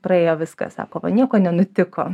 praėjo viskas sako va nieko nenutiko